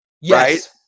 Yes